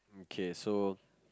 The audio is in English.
okay so